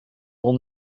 will